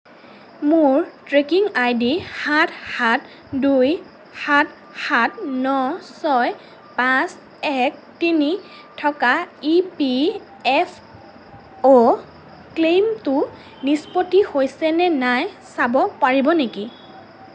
মোৰ tracking I D সাত সাত দুই সাত ন ছয় পাঁচ এক তিনি থকা ই পি এফ অ' ক্লেইমটো নিষ্পত্তি হৈছে নে নাই চাব পাৰিব নেকি